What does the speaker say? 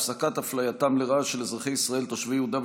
בנושא: הפסקת אפלייתם לרעה של אזרחי ישראל תושבי יהודה,